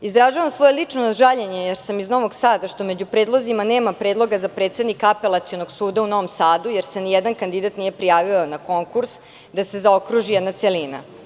Izražavam svoje lično žaljenje, jer sam iz Novog Sada, što među predlozima nema predloga za predsednika Apelacionog suda u Novom Sadu, jer se nijedan kandidat nije prijavio na konkurs, da se zaokruži jedna celina.